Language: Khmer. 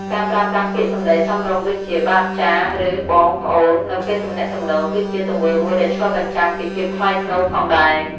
ការប្រើប្រាស់ពាក្យសម្ដីសមរម្យដូចជា "បាទ/ចាស" ឬ "បង/ប្អូន" នៅពេលទំនាក់ទំនង គឺជាទង្វើមួយដែលឆ្លុះបញ្ចាំងពីភាពថ្លៃថ្នូរផងដែរ។